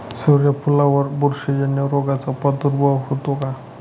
सूर्यफुलावर बुरशीजन्य रोगाचा प्रादुर्भाव होतो का?